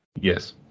Yes